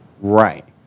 Right